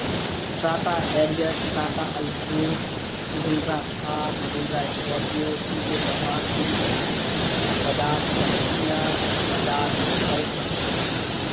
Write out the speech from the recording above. Tata Harrier Tata Altroz Mahindra Thar Mahindra Scorpio T V S Apache Bajaj Platina Bajaj Pulsar